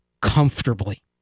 comfortably